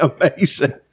amazing